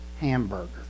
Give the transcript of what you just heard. hamburger